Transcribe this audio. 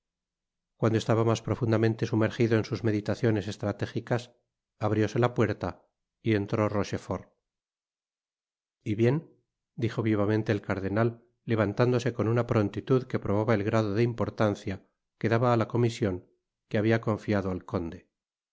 cuando estaba mas profundamente sumergido en sus meditaciones estratégicas abrióse la puerta y entró rochefort y bien dijo vivamente el cardenal levantándose con una prontitud que probaba el grado de importancia que daba á la comision que habia confiado al conde